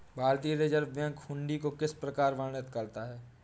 भारतीय reserve bank हुंडी को किस प्रकार वर्णित करता है?